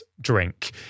drink